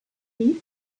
dies